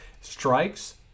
strikes